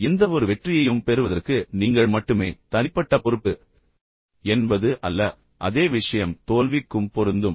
எந்தவொரு வெற்றியையும் பெறுவதற்கு நீங்கள் மட்டுமே தனிப்பட்ட பொறுப்பு என்பது அல்ல அதே விஷயம் தோல்விக்கும் பொருந்தும்